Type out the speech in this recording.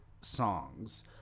songs